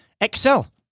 excel